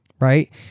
right